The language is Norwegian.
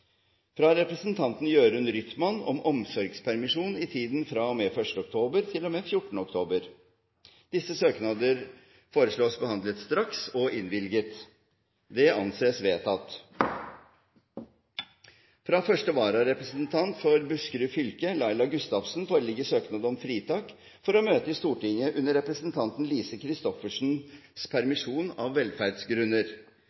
fra representanten Jørund Rytman om omsorgspermisjon i tiden fra og med 1. oktober til og med 14. oktober Disse søknader foreslås behandlet straks og innvilget. – Det anses vedtatt. Fra første vararepresentant for Buskerud fylke, Laila Gustavsen, foreligger søknad om fritak for å møte i Stortinget under representanten Lise Christoffersens